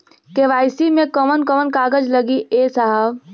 KYC मे कवन कवन कागज लगी ए साहब?